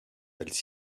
elle